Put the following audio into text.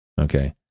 Okay